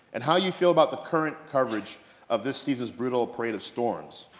and how you feel about the current coverage of this season's brutal parade of storms.